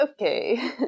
okay